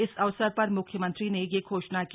इस अवसर प्र म्ख्यमंत्री ने यह घोषणा की